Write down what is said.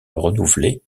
renouvelés